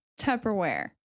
Tupperware